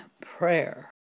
prayer